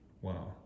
Wow